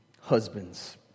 husbands